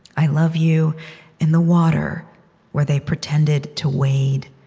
i love you in the water where they pretended to wade,